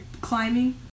Climbing